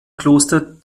kloster